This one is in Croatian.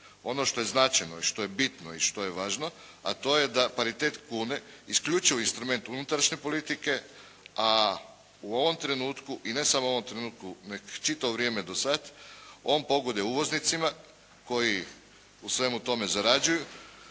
Ono što je značajno i što je bitno i što je važno. A to je da paritet kune, isključivo instrument unutrašnje politike, a u ovom trenutku, i ne samo u ovom trenutku nego čitavo vrijeme do sada, on pogoduje uvoznicima koji u svemu tome zarađuju,